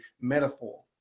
metaphor